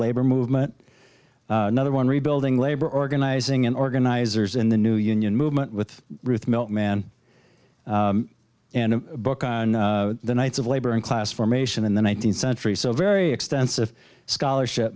labor movement number one rebuilding labor organizing an organizers in the new union movement with ruth milkman and a book on the knights of labor and class formation in the nineteenth century so very extensive scholarship